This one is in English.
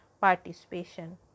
participation